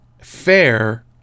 fair